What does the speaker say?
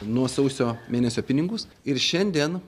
nuo sausio mėnesio pinigus ir šiandien